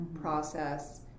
process